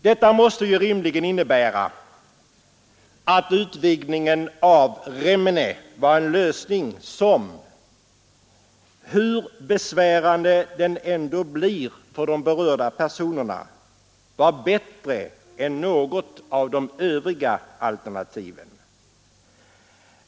Detta måste rimligen innebära att utvidgningen i Remmene var, hur besvärande den än blir för de berörda personerna, en bättre lösning än något av de övriga alternativen.